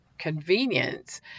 convenience